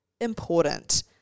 important